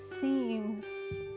seems